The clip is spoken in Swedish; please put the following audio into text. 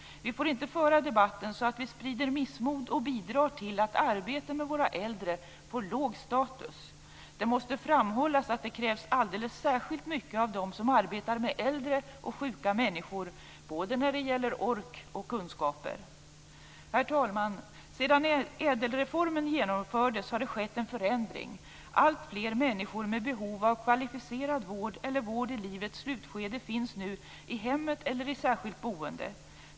Vi får inte föra debatten så att vi sprider missmod och bidrar till att arbete med våra äldre får låg status. Det måste framhållas att det krävs alldeles särskilt mycket av dem som arbetar med äldre och sjuka människor, när det gäller både ork och kunskaper. Herr talman! Sedan Ädelreformen genomfördes har det skett en förändring. Alltfler människor med behov av kvalificerad vård eller vård i livets slutskede finns nu i hemmet eller i särskilt boende.